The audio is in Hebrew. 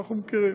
אנחנו מכירים,